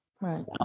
Right